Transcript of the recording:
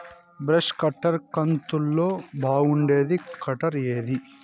Brush cutter కంతులలో బాగుండేది cutter ఏది?